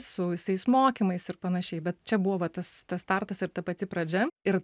su visais mokymais ir panašiai bet čia buvo va tas startas ir ta pati pradžia ir